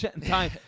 time